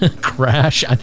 crash